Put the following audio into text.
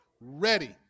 ready